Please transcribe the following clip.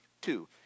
Two